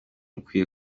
ukwiye